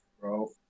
bro